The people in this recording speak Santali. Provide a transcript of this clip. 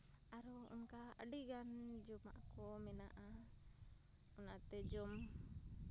ᱟᱨᱦᱚᱸ ᱚᱝᱠᱟ ᱟᱹᱰᱤᱜᱟᱱ ᱡᱚᱢᱟᱜ ᱠᱚ ᱢᱮᱱᱟᱜᱼᱟ ᱚᱱᱟᱛᱮ ᱡᱚᱢ